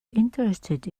interested